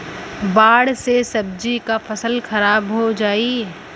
बाढ़ से सब्जी क फसल खराब हो जाई